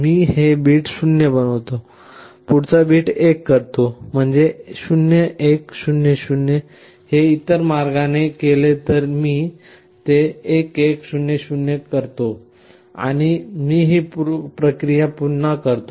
मी हे बिट 0 बनवितो मी पुढचा बिट 1 करतो म्हणजे 0 1 0 0 हे इतर मार्गाने केले तर मी ते 1 1 0 0 करते आणि मी ही प्रक्रिया पुन्हा करते